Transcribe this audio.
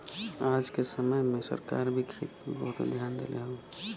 आज क समय में सरकार भी खेती पे बहुते धियान देले हउवन